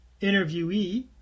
interviewee